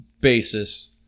basis